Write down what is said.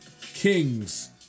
Kings